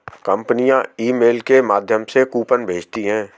कंपनियां ईमेल के माध्यम से कूपन भेजती है